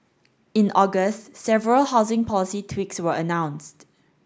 in August several housing policy tweaks were announced